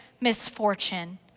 misfortune